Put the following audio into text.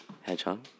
hedgehog